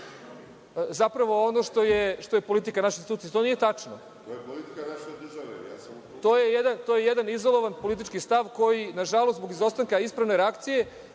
zapravo ono što je politika naše institucije. To nije tačno, to je jedan izolovan politički stav, koji, nažalost, zbog izostanka ispravne reakcije